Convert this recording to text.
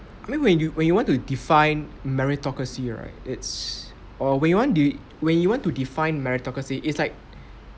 I mean when you when you want to define meritocracy right it's or when you want de~ or when you want to define meritocracy it's like